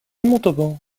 montauban